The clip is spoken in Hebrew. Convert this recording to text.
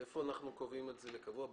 איפה אנחנו קובעים את זה כתקנות קבועות?